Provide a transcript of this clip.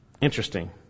Interesting